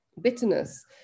bitterness